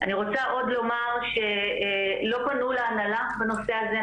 עוד לומר שלא פנו להנהלה בנושא הזה,